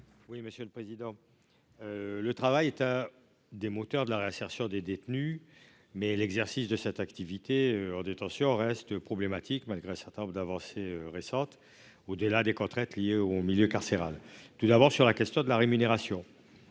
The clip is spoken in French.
à M. Guy Benarroche. Le travail est l'un des moteurs de la réinsertion des détenus, mais l'exercice de cette activité en détention reste problématique malgré un certain nombre d'avancées récentes et au-delà des contraintes liées au milieu carcéral. Sur la question de la rémunération,